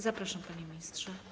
Zapraszam, panie ministrze.